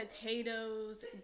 potatoes